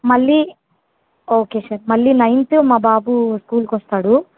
మళ్ళీ okay sir మళ్ళీ ninth మా బాబు స్కూల్కి వస్తాడు